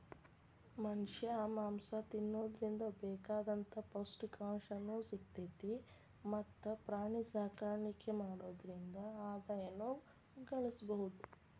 ಮನಷ್ಯಾ ಮಾಂಸ ತಿನ್ನೋದ್ರಿಂದ ಬೇಕಾದಂತ ಪೌಷ್ಟಿಕಾಂಶನು ಸಿಗ್ತೇತಿ ಮತ್ತ್ ಪ್ರಾಣಿಸಾಕಾಣಿಕೆ ಮಾಡೋದ್ರಿಂದ ಆದಾಯನು ಗಳಸಬಹುದು